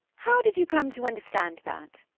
how did you come to understand that?